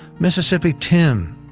mississippi tim,